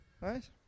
Right